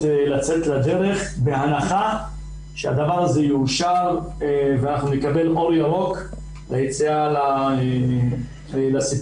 לדרך בהנחה שהדבר הזה יאושר ונקבל אור ירוק ליציאה לזה.